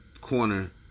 corner